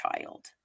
child